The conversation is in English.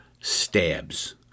stabs